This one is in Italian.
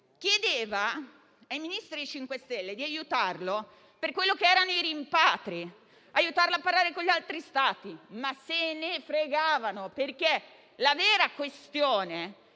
chiedeva ai Ministri 5 Stelle di aiutarlo sul fronte dei rimpatri, di aiutarlo a parlare con gli altri Stati, ma se ne fregavano, perché la vera questione